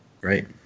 Right